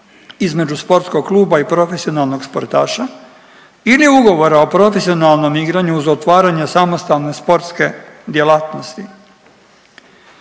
između sportskog kluba i profesionalnog sportaša ili ugovora o profesionalnom igranju uz otvaranje samostalne sportske djelatnosti,